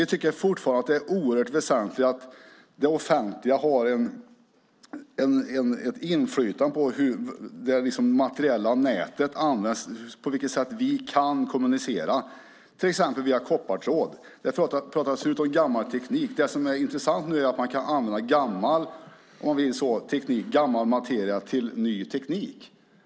Vi tycker fortfarande att det är oerhört väsentligt att det offentliga har ett inflytande över hur det materiella nätet används när det gäller hur vi kan kommunicera, till exempel via koppartråd. Det pratades förut om gammal teknik, men det som är intressant är att man kan använda gammal - om man så vill - teknik och materia till ny teknik.